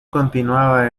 continuaba